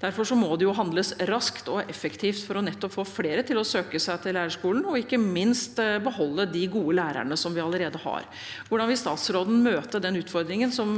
Derfor må det handles raskt og effektivt for å få flere til å søke seg til lærerskolen og, ikke minst, for å beholde de gode lærerne som vi allerede har. Hvordan vil statsråden møte den utfordringen, som